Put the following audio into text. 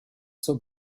zur